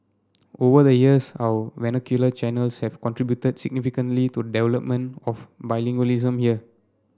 over the years our vernacular channels have contributed significantly to the development of bilingualism here